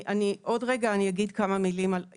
עוד רגע אני אגיד כמה מילים על הארגון.